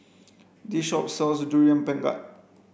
this shop sells durian pengat